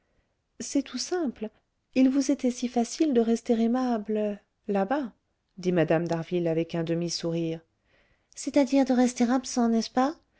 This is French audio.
c'est tout simple il vous était si facile de rester aimable là-bas dit mme d'harville avec un demi-sourire c'est-à-dire de rester absent n'est-ce pas